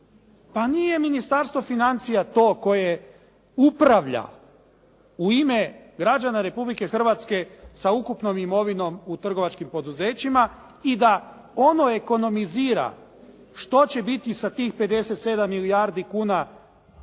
Pa nije Ministarstvo financija to koje je upravlja u ime građana Republike Hrvatske sa ukupnom imovinom u trgovačkim poduzećima i da ono ekonomizira što će biti sa tih 57 milijardi kuna ukupnog